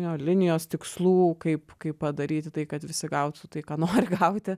jo linijos tikslų kaip kaip padaryti tai kad visi gautų tai ką nori gauti